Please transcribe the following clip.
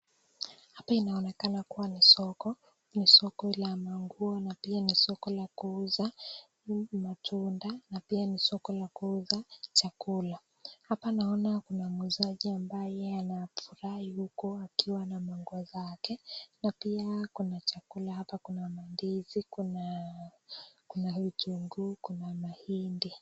Hapa inaonekana kuwa ni soko. Ni soko la manguo na pia ni soko la kuuza matunda na pia ni soko la kuuza chakula. Hapa naona kuna muuzaji ambaye yeye anafurahi huku akiwa na manguo zake. Na pia kuna chakula hapa. Kuna maandazi, kuna kuna vitunguu, kuna mahindi.